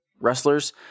wrestlers